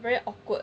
very awkward